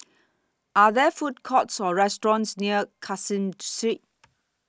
Are There Food Courts Or restaurants near Caseen Street